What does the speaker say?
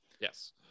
Yes